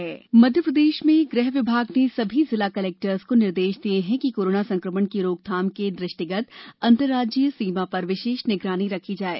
सीमा निगरानी निर्देश मध्य प्रदेश मेंगृह विभाग ने सभी जिला कलेक्टर्स को निर्देश दिये हैं कि कोरोना संक्रमण की रोकथाम के दृष्टिगत अंतर्राज्यीय सीमा पर विशेष निगरानी रखी जाये